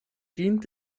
dient